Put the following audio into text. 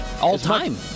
All-time